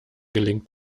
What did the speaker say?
gelingt